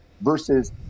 Versus